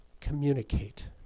communicate